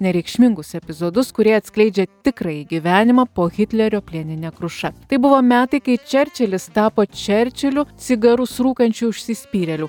nereikšmingus epizodus kurie atskleidžia tikrąjį gyvenimą po hitlerio plienine kruša tai buvo metai kai čerčilis tapo čerčiliu cigarus rūkančiu užsispyrėliu